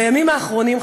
בימים האחרונים,